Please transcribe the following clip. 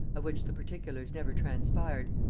of which the particulars never transpired,